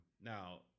Now